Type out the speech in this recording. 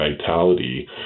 vitality